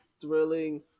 thrilling